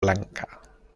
blanca